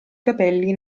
capelli